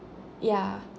ya